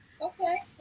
Okay